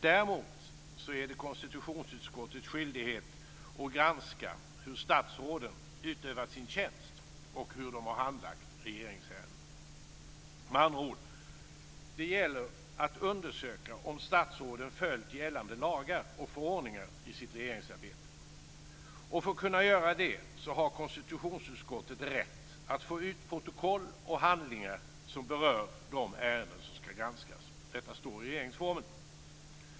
Däremot är det konstitutionsutskottets skyldighet att granska hur statsråden har utövat sin tjänst och hur de har handlagt regeringsärendena. Med andra ord: Det gäller att undersöka om statsråden följt gällande lagar och förordningar i sitt regeringsarbete. För att kunna göra det har konstitutionsutskottet rätt att få ut protokoll och handlingar som berör de ärenden som ska granskas. Detta står i regeringsformen.